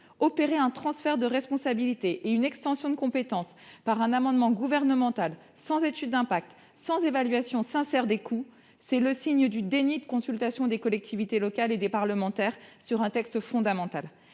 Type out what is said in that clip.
Opérer un transfert de responsabilité et une extension de compétences, au travers d'un amendement gouvernemental, donc sans étude d'impact ni évaluation sincère des coûts, constitue un déni de consultation des collectivités locales et des parlementaires, sur un texte pourtant